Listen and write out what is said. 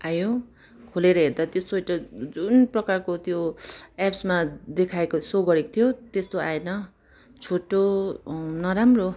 आयो खोलेर हेर्दा त्यो स्वेटर जुन प्रकारको त्यो एप्समा देखाएको सो गरेको थियो त्यस्तो आएन छोटो नराम्रो